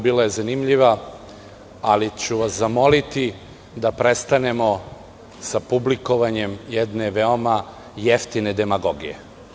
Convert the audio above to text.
Bila je zanimljiva, ali ću vas zamoliti da prestanemo sa publikovanjem jedne veoma jeftine demagogije.